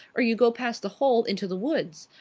or you go past the hole into the woods.